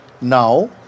Now